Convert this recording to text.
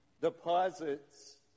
deposits